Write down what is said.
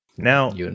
Now